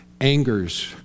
anger's